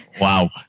Wow